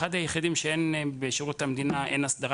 אחד היחידים שבשירות המדינה אין הסדרה